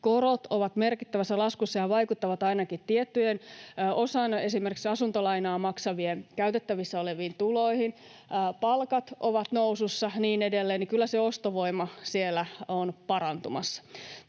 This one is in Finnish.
korot ovat merkittävässä laskussa ja vaikuttavat esimerkiksi ainakin osan asuntolainaa maksavista käytettävissä oleviin tuloihin, palkat ovat nousussa ja niin edelleen, kyllä se ostovoima on parantumassa.